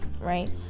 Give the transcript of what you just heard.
right